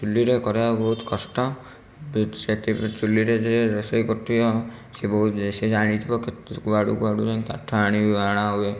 ଚୁଲିରେ କରିବା ବହୁତ କଷ୍ଟ ବି ସେଠି ପ୍ରତି ଚୁଲିରେ ଯିଏ ରୋଷେଇ କରୁଥିବ ସେ ବହୁତ ସେ ଜାଣିଥିବ କେତେ କୁଆଡ଼ୁ କୁଆଡ଼ୁ ଯାଇ କାଠ ଆଣୀ ଆଣା ହୁଏ